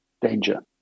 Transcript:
danger